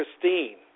Christine